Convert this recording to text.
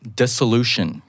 dissolution